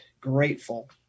grateful